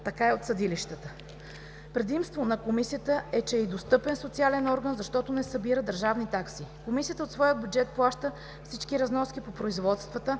така и от съдилищата. Предимство на Комисията е, че е достъпен и социален орган, защото не събира държавни такси. Комисията от своя бюджет плаща всички разноски по производствата,